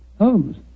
Holmes